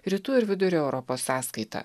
rytų ir vidurio europos sąskaita